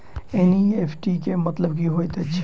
NEFT केँ मतलब की होइत अछि?